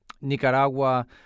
Nicaragua